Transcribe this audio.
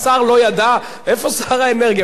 איפה שר האנרגיה, הוא לא ידע שהוא משיב?